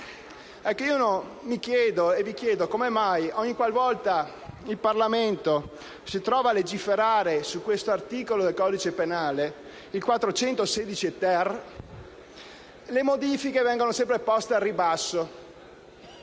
Mi chiedo, e vi chiedo, come mai ogni qual volta il Parlamento si trova a legiferare su questo articolo del codice penale, il 416-*ter*, le modifiche vengono sempre poste al ribasso.